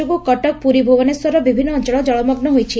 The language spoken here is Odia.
ଯୋଗୁ କଟକ ପୁରୀ ଭୁବନେଶ୍ୱରର ବିଭିନ୍ନ ଅଅଳ ଜଳମଗୁ ହୋଇଛି